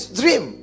dream